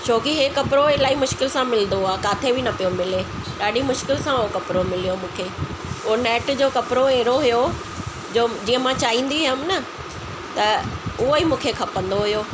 छोकी इहे कपिड़ो इलाही मुश्किल सां मिलंदो आहे काथे बि न पियो मिले ॾाढी मुश्किल सां उहो कपिड़ो मिलियो मूंखे उहा नेट जो कपिड़ो अहिड़ो हुओ जो जीअं मां चाहींदी हुअमि न त उहा ई मूंखे खपंदो हुओ